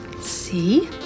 See